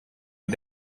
and